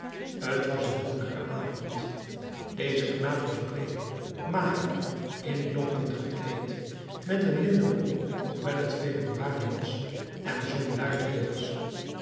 t was een donkere avond deze knaap was bleek mager in lompen gekleed met een linnen broek hoewel t februari was en zong luidkeels